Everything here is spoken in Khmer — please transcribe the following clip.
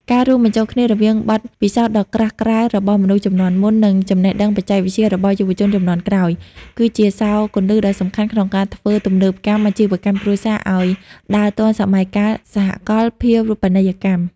ការរួមបញ្ចូលគ្នារវាងបទពិសោធន៍ដ៏ក្រាស់ក្រែលរបស់មនុស្សជំនាន់មុន និងចំណេះដឹងបច្ចេកវិទ្យារបស់យុវជនជំនាន់ក្រោយ គឺជាសោរគន្លឹះដ៏សំខាន់ក្នុងការធ្វើទំនើបកម្មអាជីវកម្មគ្រួសារឱ្យដើរទាន់សម័យកាលសកលភាវូបនីយកម្ម។